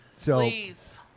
Please